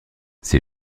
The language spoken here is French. ses